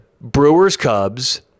Brewers-Cubs